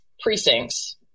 precincts